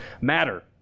matter